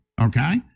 okay